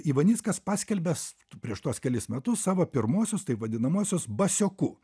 ivanickas paskelbęs prieš tuos kelis metus savo pirmuosius tai vadinamuosius basioku